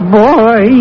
boy